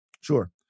Sure